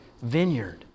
vineyard